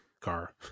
car